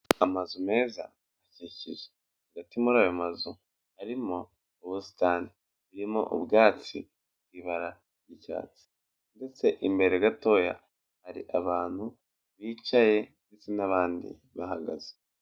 Amazu meza akikije, hagati muri ayo mazu harimo ubusitani burimo ubwatsi bufite ibara ry'icyatsi ndetse imbere gatoya hari abantu bicaye n'abandi bahagaze.